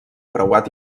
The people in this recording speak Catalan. preuat